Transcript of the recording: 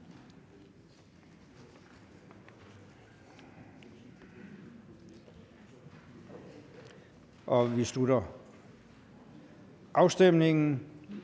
Vi slutter afstemningen.